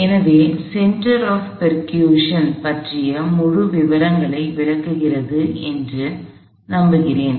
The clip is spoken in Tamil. எனவே சென்டர் ஆப் பெர்க்குசன் தாள மையத்தின் பற்றிய முழு விவரங்களை விளக்குகிறது என்று நம்புகிறேன்